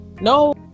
No